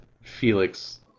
Felix